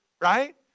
right